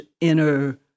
inner